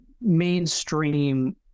mainstream